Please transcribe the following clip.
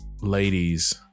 ladies